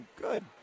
Good